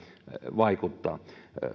vaikuttaa